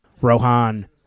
Rohan